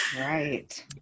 Right